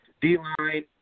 D-line